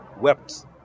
wept